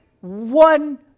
one